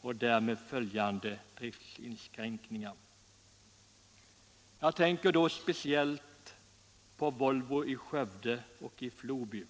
och därmed följande driftsinskränkningar. Jag tänker då speciellt på Volvo i Skövde och i Floby.